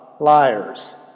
liars